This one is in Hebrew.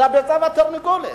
זה הביצה והתרנגולת.